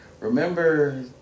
Remember